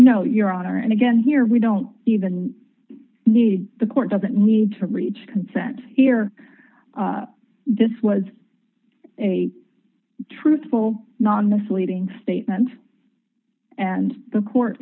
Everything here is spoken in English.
know your honor and again here we don't even need the court doesn't need to reach consent here this was a truthful nonis leading statement and the court